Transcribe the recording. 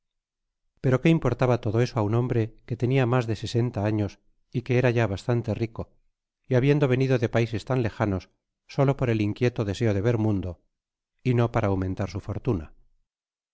pero que importaba lodo eso á ua hombre que tenia mas de sesenta años y que era ya bastante rico y habiendo venido de paises tan lejanos solo por el inquieto deseo de ver mundo y no para aumentar su fortuna